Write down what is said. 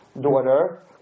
daughter